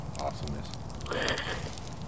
Awesomeness